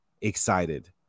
excited